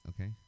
okay